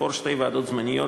לבחור שתי ועדות זמניות,